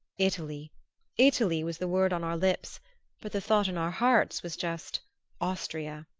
italy italy was the word on our lips but the thought in our hearts was just austria.